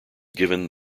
given